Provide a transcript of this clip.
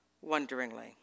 wonderingly